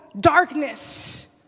darkness